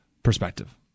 perspective